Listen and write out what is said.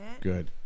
Good